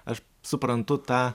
aš suprantu tą